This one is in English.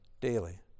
daily